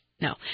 No